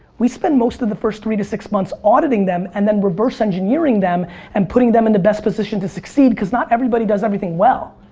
we spend most of the first three to six months auditing them and then reverse engineering them and putting them in the best positions to succeed cause not everybody does everything well.